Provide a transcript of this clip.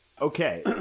Okay